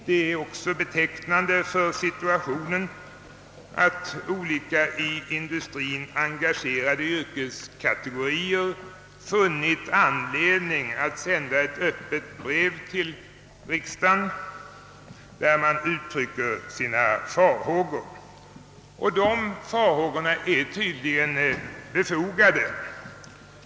Det är också betecknande för situationen att olika i industrien engagerade yrkeskategorier funnit anledning att sända ett öppet brev till riks dagen, i vilket man ger uttryck för sina farhågor. Dessa farhågor är tydligen befogade.